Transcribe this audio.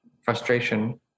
frustration